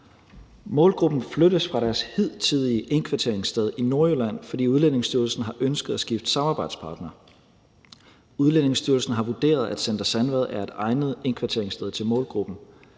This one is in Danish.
Målgruppen flyttes fra deres hidtidige indkvarteringssted i Nordjylland, fordi Udlændingestyrelsen har ønsket at skifte samarbejdspartner. Udlændingestyrelsen har vurderet, at Center Sandvad er et egnet indkvarteringssted til målgruppen.